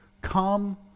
Come